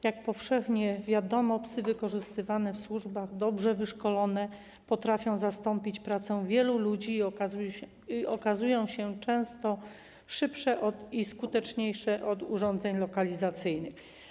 Jak powszechnie wiadomo, psy wykorzystywane w służbach, dobrze wyszkolone potrafią zastąpić pracę wielu ludzi i okazują się często szybsze i skuteczniejsze od urządzeń lokalizacyjnych.